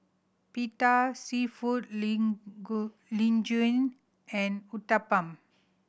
Pita Seafood Linguine and Uthapam